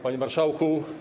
Panie Marszałku!